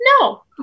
No